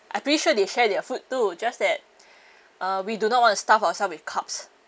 I pretty sure they share their food too just that uh we do not want to stuff ourselves with carbs